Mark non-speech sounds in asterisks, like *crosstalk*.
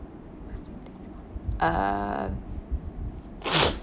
uh *noise*